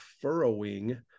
furrowing